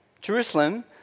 Jerusalem